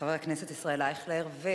חבר הכנסת ישראל אייכלר.